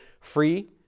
free